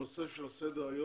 הנושא: הוקרה